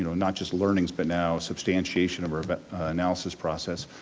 you know not just learnings, but now substantiations of our but analysis process,